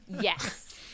Yes